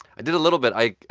i did a little bit i